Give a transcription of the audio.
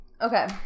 Okay